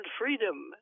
freedom